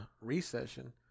recession